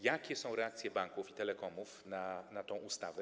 Jakie są reakcje banków i telekomów na tę ustawę?